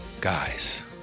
guys